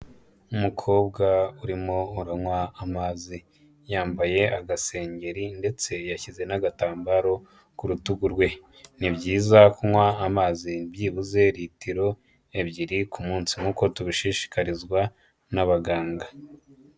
Umukobwa urimo uranywa amazi, yambaye agasengeri ndetse yashyize n'agatambaro ku rutugu rwe. Ni byiza kunywa amazi byibuze litiro ebyiri ku munsi. Nk'uko tubishishikarizwa n'abaganga.